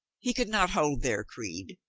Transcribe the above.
he could not hold their creed.